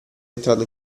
entrato